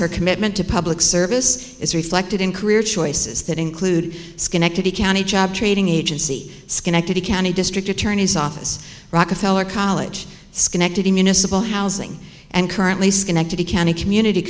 her commitment to public service is reflected in career choices that include schenectady county job training agency schenectady county district attorney's office rockefeller college schenectady municipal housing and currently schenectady county community